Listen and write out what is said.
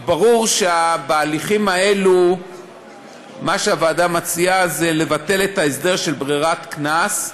ברור שבהליכים האלה מה שהוועדה מציעה זה לבטל את ההסדר של ברירת קנס,